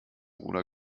ruder